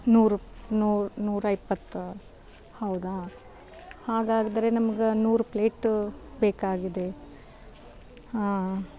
ನೂರು ನೂರ ನೂರ ಇಪ್ಪತ್ತಾ ಹೌದಾ ಹಾಗಾದರೆ ನಮ್ಗೆ ನೂರು ಪ್ಲೇಟ ಬೇಕಾಗಿದೆ ಹಾಂ